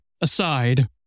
aside